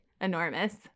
enormous